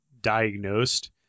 diagnosed